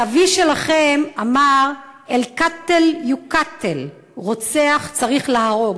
הנביא שלכם אמר: אל-קאתל יֻקתַל, רוצח צריך להרוג.